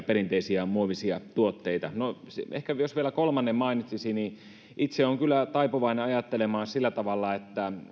perinteisiä muovisia tuotteita no ehkä jos vielä kolmannen mainitsisi niin itse olen kyllä taipuvainen ajattelemaan sillä tavalla että